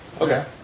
Okay